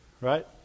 right